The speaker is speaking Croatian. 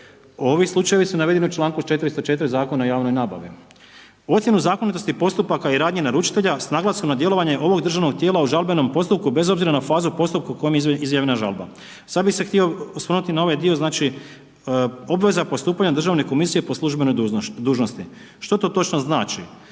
ovi slučajevi su navedeni u čl. 404 Zakona o javnoj nabavi. Ocjenu zakonitosti postupaka i radnje naručitelja, s naglaskom na djelovanje ovog državnog tijela u žalbenom postupku bez obzira na fazu postupka u kojem je izjavljena žalba. Sad bi se htio osvrnuti na ovaj dio, znači, obveza postupanja državne komisije po službenoj dužnosti. Što to točno znači?